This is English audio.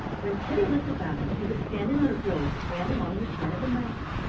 when teddy looked about him he was standing on a road that ran along the side of a mountain.